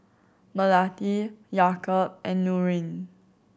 Melati Yaakob and Nurin